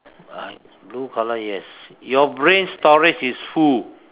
I blue colour yes your brain storage is who